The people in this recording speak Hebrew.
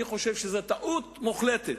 אני חושב שזו טעות מוחלטת.